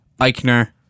Eichner